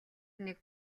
нэг